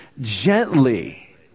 gently